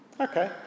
okay